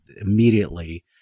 immediately